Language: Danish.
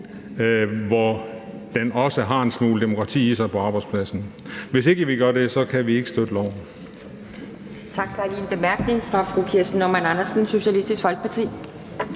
hvor den også har en smule demokrati i sig på arbejdspladsen. Hvis ikke vi gør det, kan vi ikke støtte